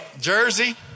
Jersey